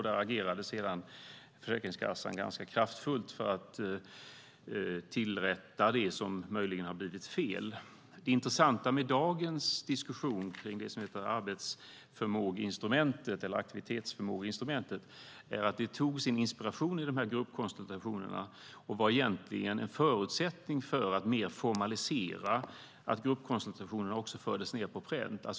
Där agerade sedan Försäkringskassan ganska kraftfullt för att rätta till det som möjligen har blivit fel. Det intressanta med dagens diskussion kring det som heter aktivitetsförmågeinstrumentet är att det tog sin inspiration i de här gruppkonsultationerna och egentligen var en förutsättning för att mer formalisera att gruppkonsultationer också sattes på pränt.